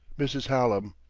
mrs. hallam.